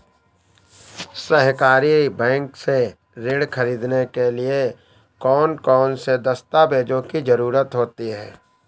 सहकारी बैंक से ऋण ख़रीदने के लिए कौन कौन से दस्तावेजों की ज़रुरत होती है?